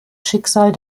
schicksal